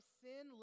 sin